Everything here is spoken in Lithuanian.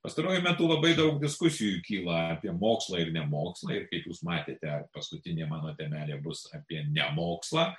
pastaruoju metu labai daug diskusijų kyla apie mokslą ir nemokslą ir kaip jūs matėte paskutinė mano temelė bus apie nemokslą